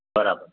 બરાબર